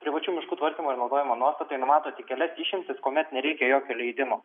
privačių miškų tvarkymo ir naudojimo nuostatai numato tik kelias išimtis kuomet nereikia jokio leidimo